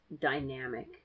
dynamic